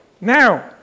now